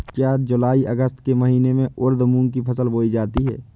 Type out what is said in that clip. क्या जूलाई अगस्त के महीने में उर्द मूंग की फसल बोई जाती है?